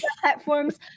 platforms